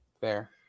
Fair